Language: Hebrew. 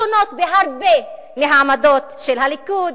העמדות שלי שונות בהרבה מהעמדות של הליכוד,